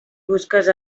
busques